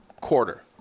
quarter